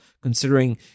considering